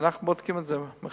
ואנחנו בודקים את זה מחדש.